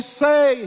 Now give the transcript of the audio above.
say